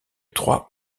trois